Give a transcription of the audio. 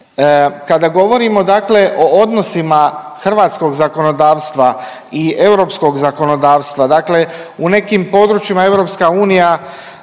Kada govorimo dakle o odnosima hrvatskog zakonodavstva i europskog zakonodavstva, dakle u nekim područjima EU